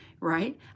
right